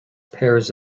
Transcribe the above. pairs